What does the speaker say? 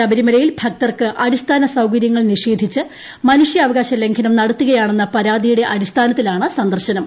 ശബരിമലയിൽ ഭക്തർക്ക് അടിസ്ഥാന സൌകര്യങ്ങൾ നിഷേധിച്ച് മനുഷ്യാവകാശ ലംഘനം നടത്തുകയാണെന്ന പരാതിയുടെ അടിസ്ഥാനത്തിലാണ് സന്ദർശനം